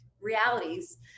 realities